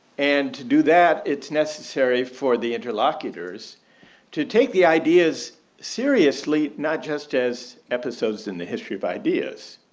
and to do that it's necessary for the interlocutors to take the ideas seriously not just as episodes in the history of ideas.